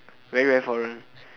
very very foreign